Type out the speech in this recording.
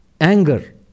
anger